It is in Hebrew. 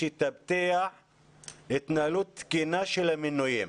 שהיא תבטיח התנהלות תקינה של המינויים,